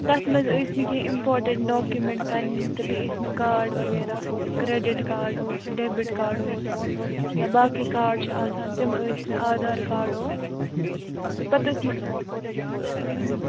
تَتھ منٛز ٲسۍ مےٚ کیٚنٛہہ اِمپاٹَنٛٹ ڈاکیٛومٮ۪نٛٹ پَنٕنی تہٕ بیٚیہِ ٲسۍ مےٚ کارڈ وغیرہ کرٛیڈِٹ کارڈ اوس ڈیبِٹ کارڈ اوس یا باقٕے کارڈ چھِ آسان تِم ٲسۍ مےٚ آدھار کارڈ اوس تہٕ پَتہٕ ٲسۍ مےٚ ؤنِو